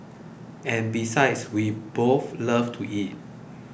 and besides we both love to eat